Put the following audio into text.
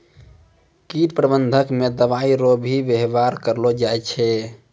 कीट प्रबंधक मे दवाइ रो भी वेवहार करलो जाय छै